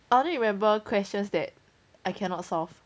I only remember questions that I cannot solve